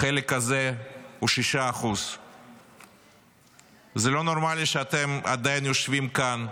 החלק הזה הוא 6%. זה לא נורמלי שאתם עדיין יושבים כאן,